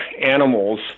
animals